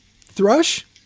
thrush